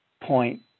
point